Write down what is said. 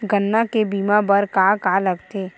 गन्ना के बीमा बर का का लगथे?